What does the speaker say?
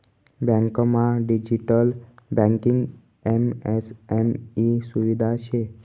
बँकमा digital banking MSM E सुविधा शे